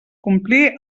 complir